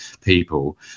people